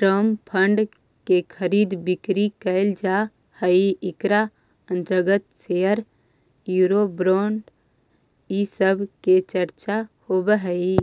term fund के खरीद बिक्री कैल जा हई इकरा अंतर्गत शेयर यूरो बोंड इ सब के चर्चा होवऽ हई